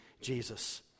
Jesus